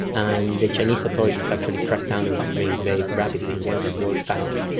and the chinese authorities actually cracked down on this ring very rapidly once it was found.